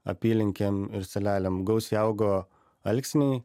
apylinkėm ir salelėm gausiai augo alksniai